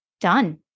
done